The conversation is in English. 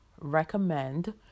recommend